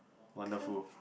wonderful